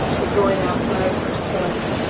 but going outside for a smoke.